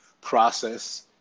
process